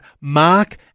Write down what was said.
Mark